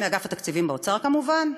מאגף התקציבים באוצר, כמובן.